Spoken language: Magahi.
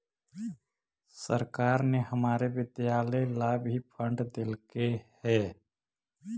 सरकार ने हमारे विद्यालय ला भी फण्ड देलकइ हे